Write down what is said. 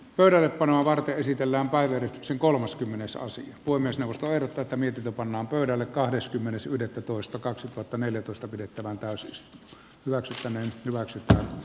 pöydällepanoa varten esitellään baharevin sen kolmaskymmenesosa voi myös nousta tätä mietitä pannaan pöydälle kahdeskymmenes yhdettätoista kaksituhattaneljätoista pidettävään pääsyt mäkisen ei hyväksytä